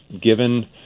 given